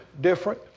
different